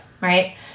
right